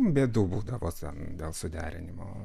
bėdų būdavo ten dėl suderinimo